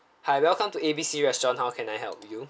hi welcome to A B C restaurant how can I help you